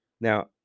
Now